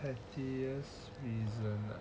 pettiest reason ah